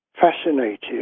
fascinated